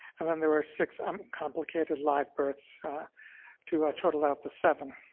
and then there were six uncomplicated live births to total out the seven.